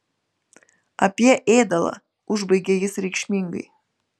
apie ėdalą užbaigė jis reikšmingai